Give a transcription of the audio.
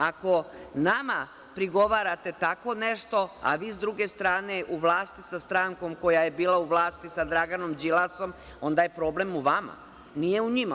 Ako nama prigovarate tako nešto, a vi, s druge strane, u vlasti sa strankom koja je bila u vlasti sa Draganom Đilasom, onda je problem u vama, nije u njima.